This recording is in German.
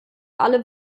alle